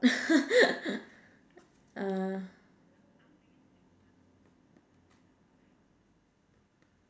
uh